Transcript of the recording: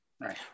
Right